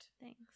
thanks